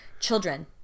children